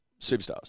Superstars